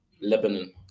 Lebanon